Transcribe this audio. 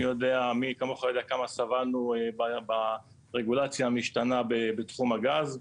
מי כמוך יודע כמה סבלנו ברגולציה המשתנה בתחום הגז.